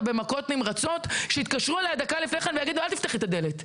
במכות נמרצות שיתקשרו אליה דקה לפני כן ויגידו לה לא לפתוח את הדלת.